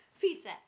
pizza